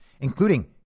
including